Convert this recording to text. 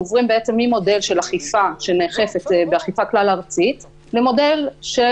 עוברים ממודל של אכיפה כלל-ארצית למודל של